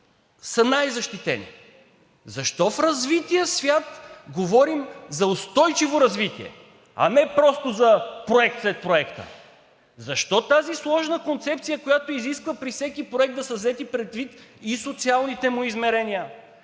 са най защитени? Защо в развития свят говорим за устойчиво развитие, а не просто за проект след проекта? Защо тази сложна концепция, която изисква при всеки проект да са взети предвид и социалните му измерения,